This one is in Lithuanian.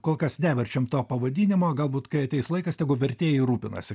kol kas neverčiam to pavadinimo galbūt kai ateis laikas tegu vertėjai ir rūpinasi